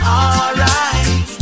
alright